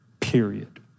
period